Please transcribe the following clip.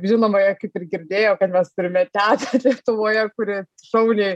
žinoma kaip ir girdėjo kad mes turime tetą lietuvoje kuri šauniai